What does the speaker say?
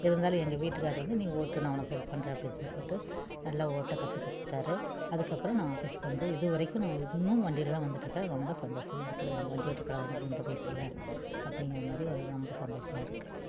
இருந்தாலும் எங்கள் வீட்டுக்காரர் வந்து நீ ஓட்டு நான் உனக்கு ஹெல்ப் பண்ணுறேன் அப்படின் சொல்லிப்புட்டு நல்லா ஓட்ட கத்துக்கொடுத்துட்டாரு அதற்கப்றோம் நான் ஆஃபிஸ்க்கு வந்து இது வரைக்கும் நான் இன்னும் வண்டில தான் வந்துட்டுருக்கேன் ரொம்ப சந்தோசமாக இருக்குது எனக்கு வண்டி ஓட்டி பழகுனது இந்த வயசில் அப்படிங்கிறமாரி ஒரு ரொம்ப சந்தோசமாக இருக்கு